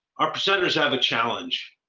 our presenters have a challenge.